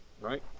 right